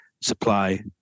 supply